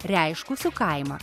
reiškusiu kaimą